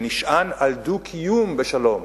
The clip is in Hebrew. שנשען על דו-קיום בשלום,